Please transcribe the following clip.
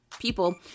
people